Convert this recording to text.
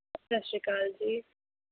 ਸਤਿ ਸ਼੍ਰੀ ਅਕਾਲ ਜੀ